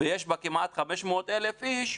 ויש בה כמעט 500,000 איש,